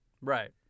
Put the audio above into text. right